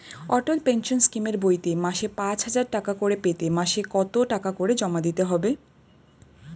অটল pension স্কিমের বইতে মাসে পাঁচ হাজার টাকা করে পেতে মাসে কত টাকা করে জমা দিতে হবে?